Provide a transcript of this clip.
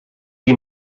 you